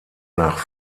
nach